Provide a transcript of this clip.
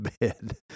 bed